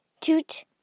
toot